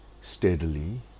steadily